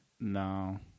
no